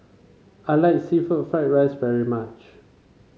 I like seafood fry rice very much